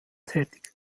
tätig